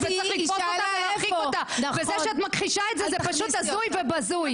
זה שאת מכחישה את זה זה פשוט הזוי ובזוי.